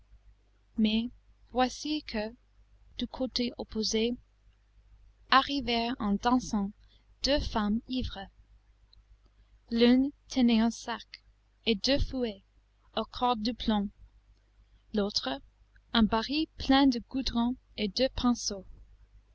mais voici que du côté opposé arrivèrent en dansant deux femmes ivres l'une tenait un sac et deux fouets aux cordes de plomb l'autre un baril plein de goudron et deux pinceaux